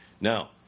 Now